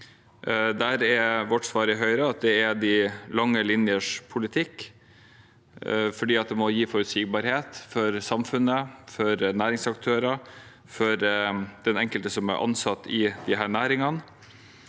vårt svar i Høyre at det er de lange linjers politikk, fordi den må gi forutsigbarhet for samfunnet, for næringsaktørene og for den enkelte som er ansatt i disse næringene.